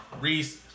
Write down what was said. Reese